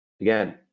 Again